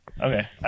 Okay